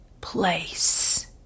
place